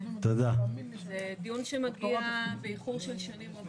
זה דיון שמגיע באיחור של שנים רבות.